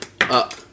up